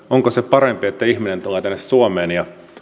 onko se parempi että ihminen tulee tänne suomeen ja